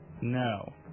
No